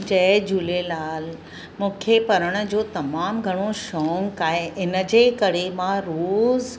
जय झूलेलाल मूंखे पढण जो तमाम घणो शौक़ु आहे इन जे करे मां रोज़ु